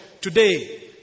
Today